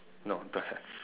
no don't have